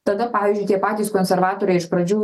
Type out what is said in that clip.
tada pavyzdžiui tie patys konservatoriai iš pradžių